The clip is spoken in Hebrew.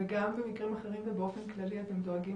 וגם במקרים אחרים ובאופן כללי אתם דואגים